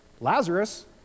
Lazarus